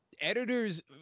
editors